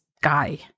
guy